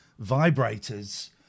vibrators